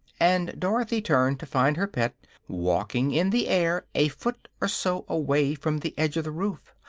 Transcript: and dorothy turned to find her pet walking in the air a foot or so away from the edge of the roof.